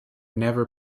never